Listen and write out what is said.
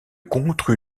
contre